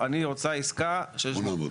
אני רוצה עסקה של 800 דירות,